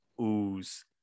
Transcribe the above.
ooze